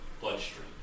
bloodstream